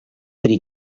pri